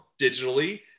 digitally